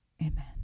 Amen